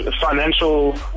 financial